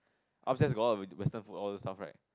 upstairs got a lot of western food all those stuff right